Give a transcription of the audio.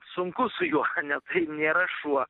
sunku su juo net nėra šuo